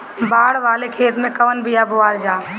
बाड़ वाले खेते मे कवन बिया बोआल जा?